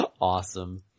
Awesome